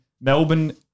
Melbourne